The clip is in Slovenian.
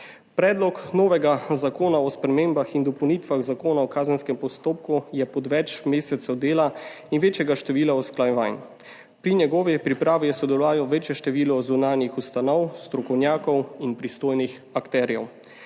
Predlog novega zakona o spremembah in dopolnitvah Zakona o kazenskem postopku je plod več mesecev dela in večjega števila usklajevanj. Pri njegovi pripravi je sodelovalo večje število zunanjih ustanov, strokovnjakov in pristojnih akterjev.